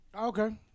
Okay